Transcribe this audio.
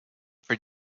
for